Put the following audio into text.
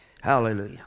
hallelujah